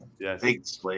yes